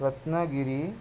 Ratnagiri